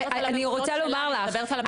אני רוצה לומר לך --- אני לא מדברת על הממונות שלה,